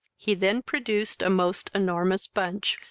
he then produced a most enormous bunch,